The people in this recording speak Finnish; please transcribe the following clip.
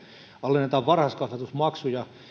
alennetaan varhaiskasvatusmaksuja